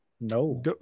no